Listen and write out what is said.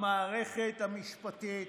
המערכת המשפטית,